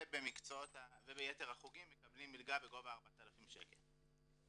וביתר החוגים מקבלים מלגה בגובה 4,000 שקל.